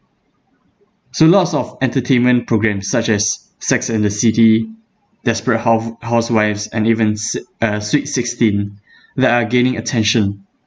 so lots of entertainment programmes such as sex and the city desperate houf~ housewives and even sit~ uh sweet sixteen that are gaining attention